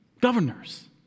governors